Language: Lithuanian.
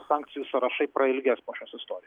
sankcijų sąrašai prailgės po šios istorijos